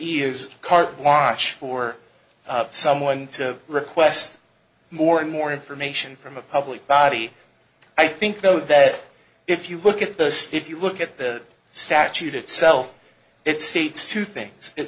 is carte watch for someone to request more and more information from a public body i think though that if you look at those if you look at the statute itself it states two things it